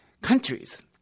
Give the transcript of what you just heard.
countries